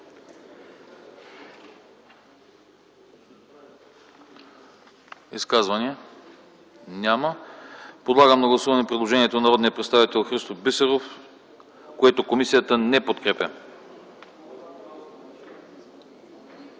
Изказвания? Няма. Подлагам на гласуване предложението на народния представител Христо Бисеров, което комисията не подкрепя.